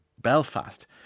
Belfast